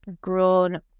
grown